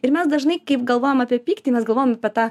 ir mes dažnai kai galvojam apie pyktį mes galvojam apie tą